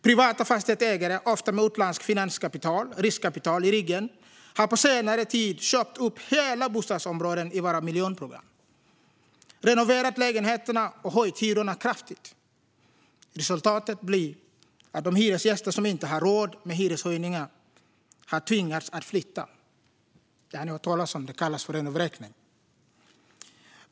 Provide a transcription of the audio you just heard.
Privata fastighetsägare, ofta med utländskt finanskapital och riskkapital i ryggen, har på senare tid köpt upp hela bostadsområden i våra miljonprogram, renoverat lägenheterna och höjt hyrorna kraftigt. Resultatet blir att de hyresgäster som inte har råd med hyreshöjningarna tvingas att flytta. Detta har ni hört talas om. Det kallas för renovräkning.